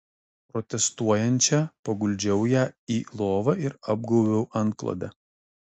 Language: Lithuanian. protestuojančią paguldžiau ją į lovą ir apgaubiau antklode